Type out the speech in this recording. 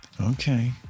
Okay